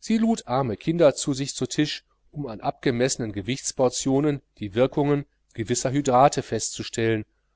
sie lud arme kinder zu sich zu tisch um an abgemessenen gewichtsportionen die wirkungen gewisser hydrate festzustellen